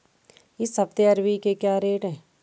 इस हफ्ते अरबी के क्या रेट हैं?